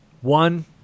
One